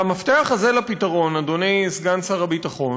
והמפתח הזה לפתרון, אדוני סגן שר הביטחון,